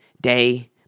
day